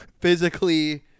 physically